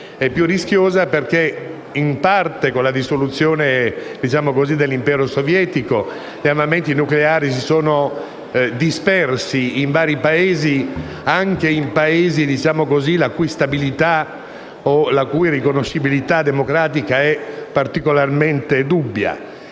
più rischiosa, perché con la dissoluzione dell'impero sovietico gli armamenti nucleari si sono in parte dispersi in vari Paesi, anche in Paesi la cui stabilità o la cui riconoscibilità democratica è particolarmente dubbia.